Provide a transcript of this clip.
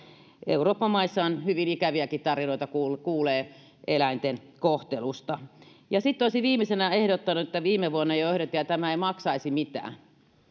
euroopan maista kuulee hyvin ikäviäkin tarinoita eläinten kohtelusta sitten olisin viimeisenä ehdottanut ehdotin tätä jo viime vuonna eikä tämä maksaisi mitään että